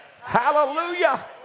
Hallelujah